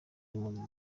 impunzi